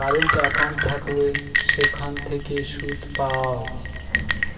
current account থাকলে সেখান থেকে সুদ পায়